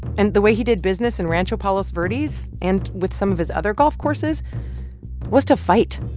and the way he did business in rancho palos verdes so and with some of his other golf courses was to fight,